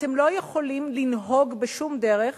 אתם לא יכולים לנהוג בשום דרך